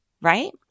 right